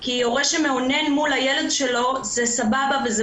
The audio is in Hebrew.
כי הורה שמאונן מול הילד שלו זה סבבה וזה